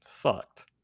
fucked